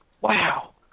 wow